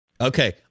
Okay